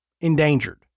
endangered